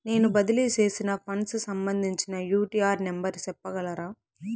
నేను బదిలీ సేసిన ఫండ్స్ సంబంధించిన యూ.టీ.ఆర్ నెంబర్ సెప్పగలరా